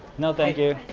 no, thank you